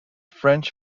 french